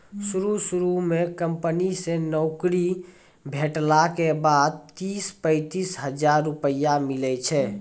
शुरू शुरू म कंपनी से नौकरी भेटला के बाद तीस पैंतीस हजार रुपिया मिलै छै